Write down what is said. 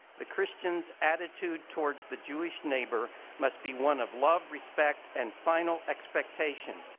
the christians' attitude towards the jewish neighbor must be one of love, respect, and final expectation.